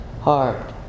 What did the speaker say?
heart